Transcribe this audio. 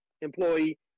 employee